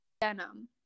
denim